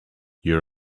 you